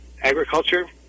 agriculture